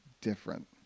different